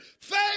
Faith